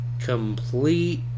complete